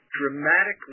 dramatically